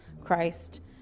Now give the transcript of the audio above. Christ